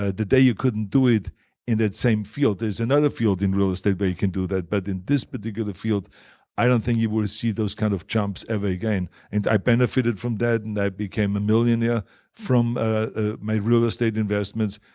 ah today you couldn't do it in that same field. there's another field in real estate where you can do it, but in this particular field i don't think you will see those kind of jumps ever again. and i benefited from that and i became a millionaire from ah my real estate investments.